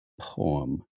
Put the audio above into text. poem